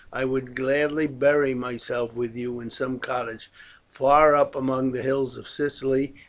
i would gladly bury myself with you in some cottage far up among the hills of sicily,